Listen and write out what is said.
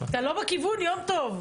אתה לא בכיוון, יום טוב.